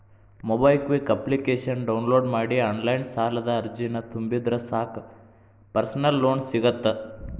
MobiKwik ಅಪ್ಲಿಕೇಶನ download ಮಾಡಿ online ಸಾಲದ ಅರ್ಜಿನ ತುಂಬಿದ್ರ ಸಾಕ್ ಪರ್ಸನಲ್ ಲೋನ್ ಸಿಗತ್ತ